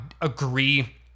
agree